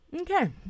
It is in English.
Okay